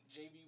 JV